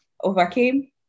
overcame